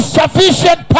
sufficient